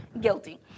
Guilty